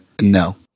no